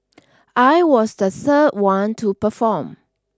I was the third one to perform